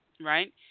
right